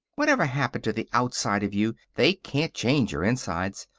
whatever's happened to the outside of you, they can't change your insides.